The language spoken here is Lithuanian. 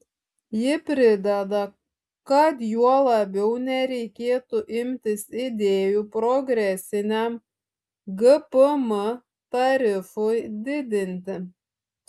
ji prideda kad juo labiau nereikėtų imtis idėjų progresiniam gpm tarifui didinti